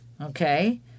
Okay